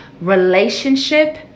relationship